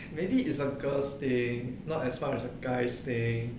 maybe it's a girls thing not as far as a guys thing